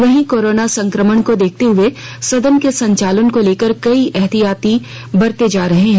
वहीं कोरोना संकमण को देखते हुए सदन के संचालन को लेकर कई एहतियात बरते जा रहे हैं